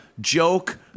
joke